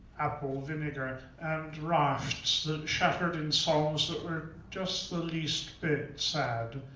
apple vinegar, and rafts that shattered in songs that were just the least bit sad.